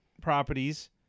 properties